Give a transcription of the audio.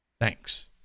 Thanks